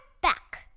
back